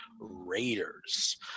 Raiders